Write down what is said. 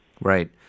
Right